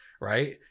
right